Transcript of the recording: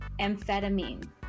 amphetamine